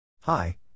Hi